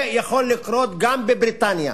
זה יכול לקרות גם בבריטניה.